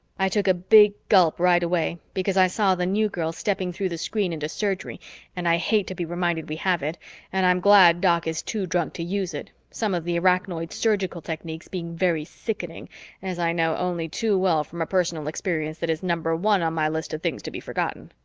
i took a big gulp right away because i saw the new girl stepping through the screen into surgery and i hate to be reminded we have it and i'm glad doc is too drunk to use it, some of the arachnoid surgical techniques being very sickening as i know only too well from a personal experience that is number one on my list of things to be forgotten.